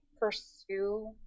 pursue